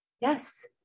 Yes